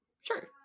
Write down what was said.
sure